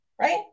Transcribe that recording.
right